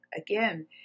again